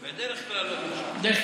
בדרך כלל לא.